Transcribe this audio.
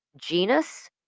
genus